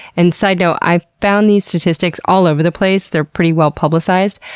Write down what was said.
and, side note, i found these statistics all over the place. they're pretty well publicized.